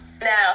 Now